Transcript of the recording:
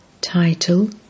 Title